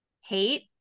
hate